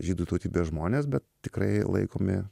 žydų tautybės žmonės bet tikrai laikomi